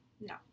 No